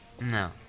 No